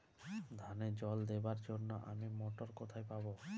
ধানে জল দেবার জন্য আমি মটর কোথায় পাবো?